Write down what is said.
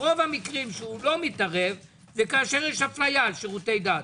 ברוב המקרים שלא מתערב כשיש אפליה על שירותי דת.